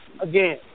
again